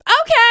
okay